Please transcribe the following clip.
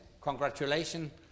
congratulations